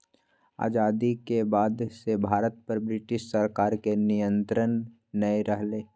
आजादी के बाद से भारत पर ब्रिटिश सरकार के नियत्रंण नय रहलय